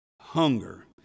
hunger